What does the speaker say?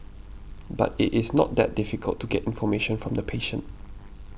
but it is not that difficult to get information from the patient